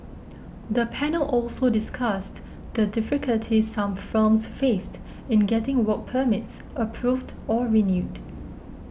the panel also discussed the difficulties some firms faced in getting work permits approved or renewed